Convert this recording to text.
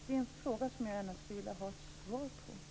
Det är en fråga som jag gärna skulle vilja ha ett svar på.